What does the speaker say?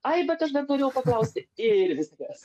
ai bet aš dar norėjau paklausti ir viskas